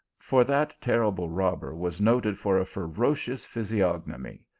for that terrible robber was noted for a ferocious physiog nomy,